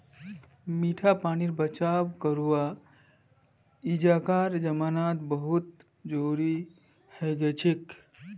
मीठा पानीर बचाव करवा अइजकार जमानात बहुत जरूरी हैं गेलछेक